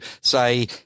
say